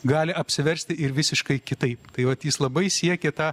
gali apsiversti ir visiškai kitaip tai vat jis labai siekė tą